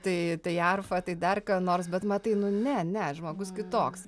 tai tai arfą tai dar ką nors bet matai nu ne ne žmogus kitoks